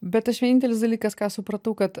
bet aš vienintelis dalykas ką supratau kad